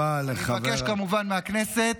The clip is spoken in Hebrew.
כמובן שאני מבקש מהכנסת,